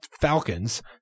Falcons